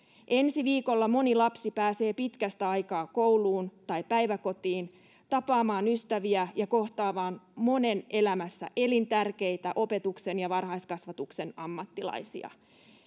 ensi viikolla moni lapsi pääsee pitkästä aikaa kouluun tai päiväkotiin tapaamaan ystäviä ja kohtaamaan monen elämässä elintärkeitä opetuksen ja varhaiskasvatuksen ammattilaisia